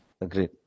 Agreed